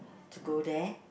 to go there